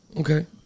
Okay